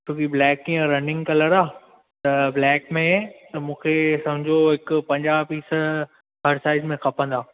छो कि ब्लैक कीअं रनिंग कलर आहे त ब्लैक मे मूंखे समुझो हीकु पंजाहु पीस हर साइज़ मे खपंदा